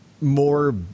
more